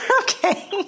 Okay